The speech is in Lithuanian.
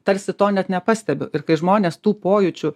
tarsi to net nepastebiu ir kai žmonės tų pojūčių